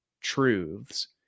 truths